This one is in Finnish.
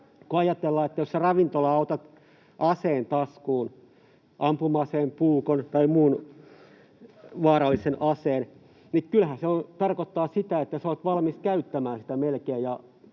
Kun ajatellaan, että jos ravintolaan otat aseen taskuun, ampuma-aseen, puukon tai muun vaarallisen aseen, niin kyllähän se tarkoittaa sitä, että olet melkein valmis käyttämään sitä.